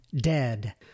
DEAD